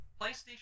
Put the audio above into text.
PlayStation